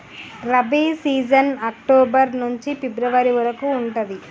rabi season October నుంచి February వరకు ఉంటది